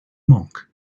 monk